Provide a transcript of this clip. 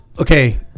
okay